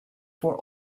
for